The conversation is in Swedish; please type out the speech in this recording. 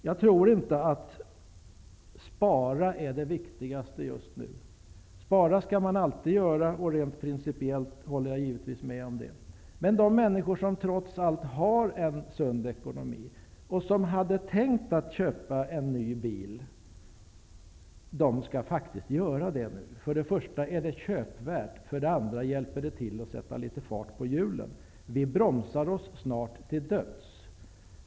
Jag tror inte att det viktigaste just nu är att spara. Spara skall man alltid göra. Rent principiellt håller jag givetvis med om det. Men de människor som trots allt har en sund ekonomi och som hade tänkt att köpa en ny bil skall faktiskt göra det nu. För det första är det köpvärt. För det andra hjälper det till att sätta litet fart på hjulen. Vi bromsar oss snart till döds.